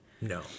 No